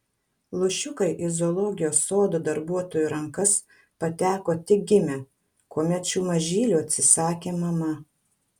lūšiukai į zoologijos sodo darbuotojų rankas pateko tik gimę kuomet šių mažylių atsisakė mama